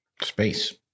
Space